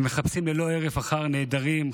הם מחפשים ללא הרף אחר הנעדרים,